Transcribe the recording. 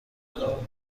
خوره